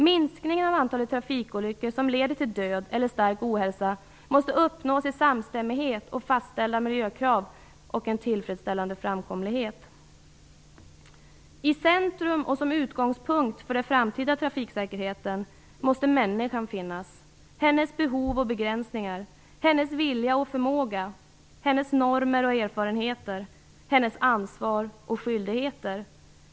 Minskningen av antalet trafikolyckor som leder till död eller svår ohälsa måste uppnås i samstämmighet med fastställda miljökrav och en tillfredsställande framkomlighet. I centrum och som utgångspunkt för den framtida trafiksäkerheten måste människan finnas, hennes behov och begränsningar, hennes vilja och förmåga, hennes normer och erfarenheter samt hennes ansvar och skyldigheter.